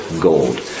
gold